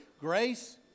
Grace